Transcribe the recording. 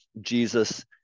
Jesus